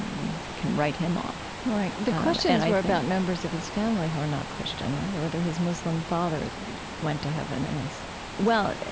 we can write him off right. the questions were about members of his family who are not christian, right? whether his muslim father went to heaven and well,